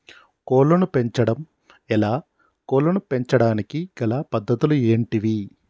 కోళ్లను పెంచడం ఎలా, కోళ్లను పెంచడానికి గల పద్ధతులు ఏంటివి?